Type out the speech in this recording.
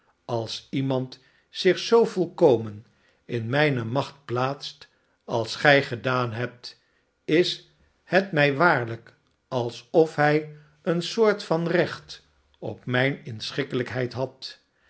als iemand zich zoo volkomen in mijne macht plaatst als gij gedaan hebt is het mij waarlijk alsof hij een soort van recht op mijne inschikkelijkheid had